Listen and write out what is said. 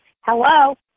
Hello